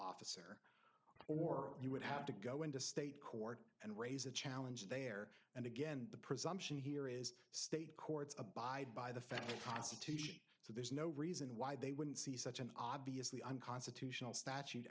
officer or you would have to go into state court and raise a challenge there and again the presumption here is state courts abide by the federal constitution so there's no reason why they wouldn't see such an obviously unconstitutional statute